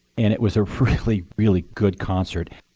and it was a really, really good concert.